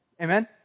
Amen